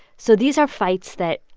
so these are fights that,